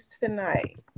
tonight